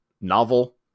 novel